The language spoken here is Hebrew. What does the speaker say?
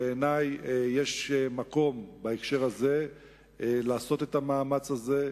בעיני, יש מקום בהקשר הזה לעשות את המאמץ הזה,